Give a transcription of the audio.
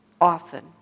often